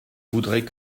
voudrait